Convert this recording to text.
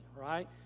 right